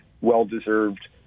well-deserved